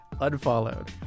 Unfollowed